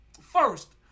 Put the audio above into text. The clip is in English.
first